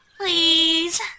Please